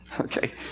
Okay